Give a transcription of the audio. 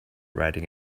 riding